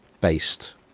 based